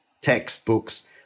textbooks